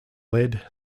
lead